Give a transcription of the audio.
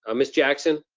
um miss jackson,